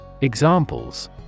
Examples